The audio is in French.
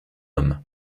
homme